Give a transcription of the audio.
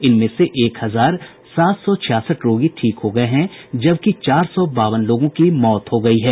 इनमें से एक हजार सात सौ छियासठ रोगी ठीक हो गए हैं जबकि चार सौ बावन लोगों की मौत हो गई है